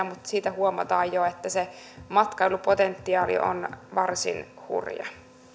mutta siitä huomataan jo että se matkailupotentiaali on varsin hurja